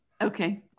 Okay